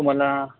तुम्हाला